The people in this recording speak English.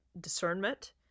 discernment